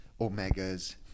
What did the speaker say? omegas